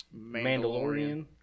Mandalorian